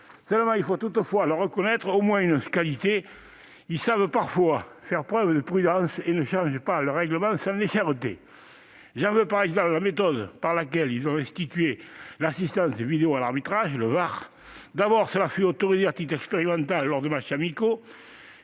; il faut toutefois leur reconnaître au moins une qualité : ils savent parfois faire preuve de prudence et ne changent pas leur règlement avec légèreté. J'en veux pour exemple la méthode par laquelle ils ont institué l'assistance vidéo à l'arbitrage (VAR). Ce procédé fut d'abord autorisé à titre expérimental lors de matchs amicaux,